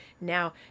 now